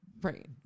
right